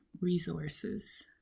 resources